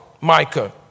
Micah